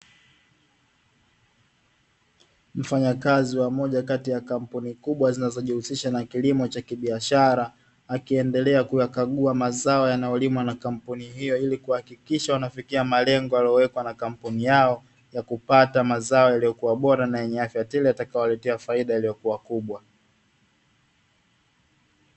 Mfanyakazi mmoja kati ya kampuni kubwa zinazojihusisha na kilimo cha kibiashara akiendelea kuyakagua mazao yanayolimwa na kampuni hiyo ili kuhakikisha wanafikia malengo yaliyowekwa na kampuni yao ya kupata mazao yaliyokuwa bora na ya miaka tile yatakayowaletea faida iliyokuwa kubwa.